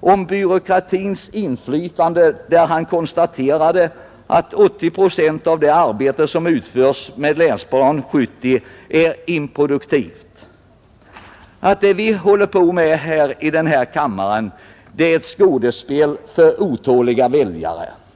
om byråkratins inflytande — där konstaterade han att 80 procent av det arbete som utförs med Länsprogram 1970 är improduktivt — om att det som vi håller på med här i kammaren är ett skådespel för otåliga väljare osv.